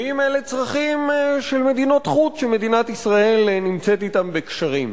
ואם אלה צרכים של מדינות חוץ שמדינת ישראל נמצאת אתן בקשרים.